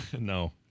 No